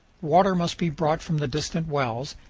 water must be brought from the distant wells,